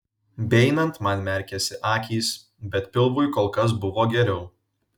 beeinant man merkėsi akys bet pilvui kol kas buvo geriau